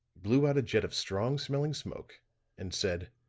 blew out a jet of strong-smelling smoke and said